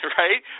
right